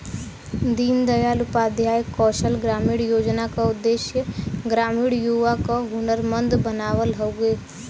दीन दयाल उपाध्याय कौशल ग्रामीण योजना क उद्देश्य ग्रामीण युवा क हुनरमंद बनावल हउवे